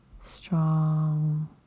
strong